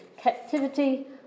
captivity